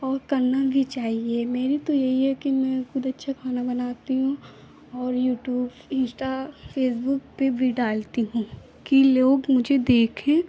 और करना भी चाहिए मेरी तो यही है कि मैं खुद अच्छा खाना बनाती हूँ और यूटूब इंस्टा फ़ेसबुक पर भी डालती हूँ कि लोग मुझे देखें